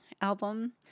album